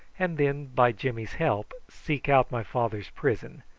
and then, by jimmy's help, seek out my father's prison,